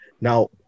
Now